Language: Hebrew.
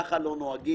ככה לא נוהגים.